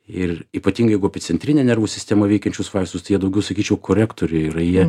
ir ypatingai jeigu apie centrinę nervų sistemą veikiančius vaistus tai jie daugiau sakyčiau korektoriai yra jie